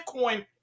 Bitcoin